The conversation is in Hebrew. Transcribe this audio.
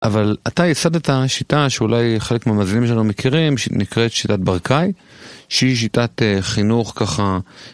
אבל אתה ייסדת שיטה שאולי חלק מהמאזינים שלנו מכירים, נקראת שיטת ברקאי, שהיא שיטת חינוך ככה...